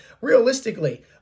realistically